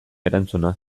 erantzuna